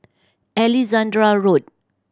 Alexandra Road